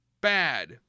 bad